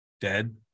dead